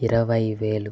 ఇరవై వేలు